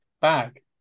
bag